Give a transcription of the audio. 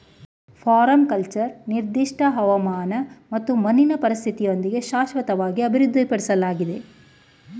permaculture ನಿರ್ದಿಷ್ಟ ಹವಾಮಾನ ಮತ್ತು ಮಣ್ಣಿನ ಪರಿಸ್ಥಿತಿಯೊಂದಿಗೆ ಶಾಶ್ವತವಾಗಿ ಅಭಿವೃದ್ಧಿಪಡ್ಸಲಾಗಿದೆ